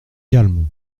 calme